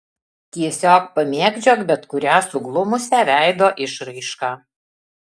tiesiog pamėgdžiok bet kurią suglumusią veido išraišką